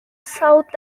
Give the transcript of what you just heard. south